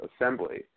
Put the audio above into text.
assembly